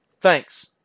Thanks